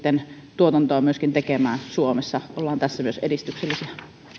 pystytään akkuja tuotantoa jatkossa sitten tekemään myöskin suomessa ollaan tässä myös edistyksellisiä